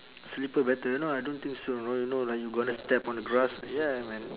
slipper better no I don't think so know you know like you gonna step on grass ya man